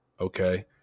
okay